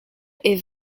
est